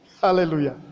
Hallelujah